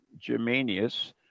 Germanius